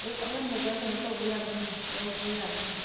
ꯑꯌꯨꯛ ꯑꯉꯟꯕꯗ ꯀꯩꯅꯣ ꯇꯧꯕ ꯌꯥꯅꯤꯌꯦ ꯂꯧꯕ ꯌꯥꯅꯤꯌꯦ